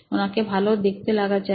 ওনাকে ভালো দেখতে লাগা চাই